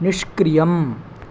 निष्क्रियम्